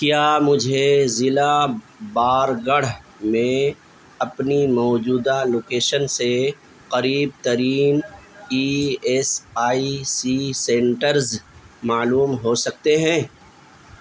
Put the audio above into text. کیا مجھے ضلع بارگڑھ میں اپنی موجودہ لوکیشن سے قریب ترین E S I C centres معلوم ہو سکتے ہیں